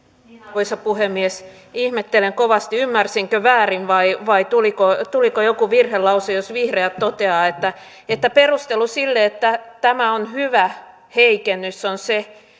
arvoisa puhemies ihmettelen kovasti ymmärsinkö väärin vai vai tuliko tuliko joku virhelause jos vihreät toteavat että että perustelu sille että tämä on hyvä heikennys on se